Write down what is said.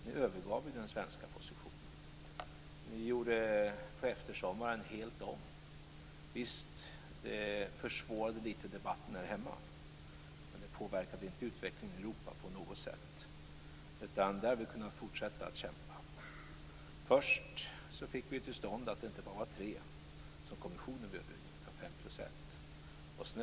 Ni övergav ju den svenska positionen och gjorde på eftersommaren helt om. Visst, det försvårade litet grand debatten här hemma men det påverkade inte utvecklingen i Europa på något sätt, utan där har vi kunnat fortsätta att kämpa. Först fick vi till stånd att det inte bara var tre som kommissionen bjöd in, utan det var fem plus ett.